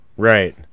Right